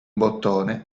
bottone